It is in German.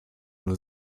nur